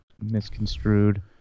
misconstrued